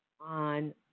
on